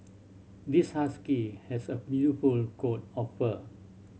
this husky has a beautiful coat of fur